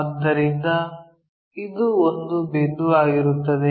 ಆದ್ದರಿಂದ ಇದು ಒಂದು ಬಿಂದುವಾಗಿರುತ್ತದೆ